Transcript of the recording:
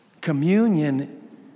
Communion